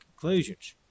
conclusions